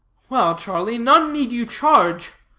well, charlie, none need you charge.